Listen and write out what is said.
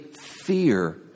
fear